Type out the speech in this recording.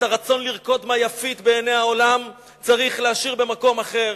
את הרצון לרקוד "מה יפית" בעיני העולם צריך להשאיר במקום אחר.